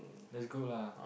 that's good lah